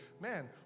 Man